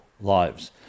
lives